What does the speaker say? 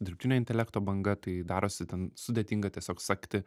dirbtinio intelekto banga tai darosi ten sudėtinga tiesiog sekti